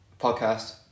podcast